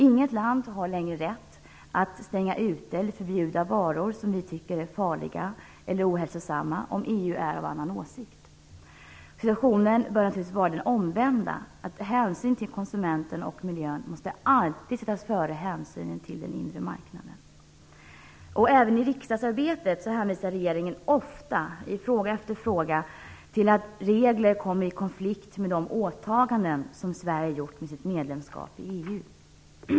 Inget land har längre rätt att stänga ute eller förbjuda varor som man tycker är farliga eller ohälsosamma om EU är av annan åsikt. Situationen bör naturligtvis vara den omvända: Hänsyn till konsumenten och miljön måste alltid sättas före hänsynen till den inre marknaden. Även i riksdagsarbetet hänvisar regeringen ofta, i fråga efter fråga, till att regler kommer i konflikt med de åtaganden som Sverige gjort i och med sitt medlemskap i EU.